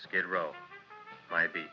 skid row right be